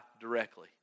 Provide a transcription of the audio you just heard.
directly